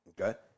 okay